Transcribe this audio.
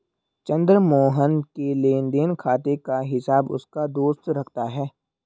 चंद्र मोहन के लेनदेन खाते का हिसाब उसका दोस्त रखता है